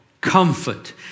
comfort